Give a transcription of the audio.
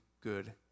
good